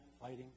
fighting